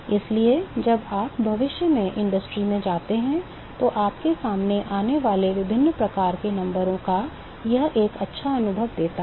इसलिए जब आप भविष्य में उद्योग में जाते हैं तो आपके सामने आने वाले विभिन्न प्रकार के नंबरों का यह एक अच्छा अनुभव देता है